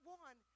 one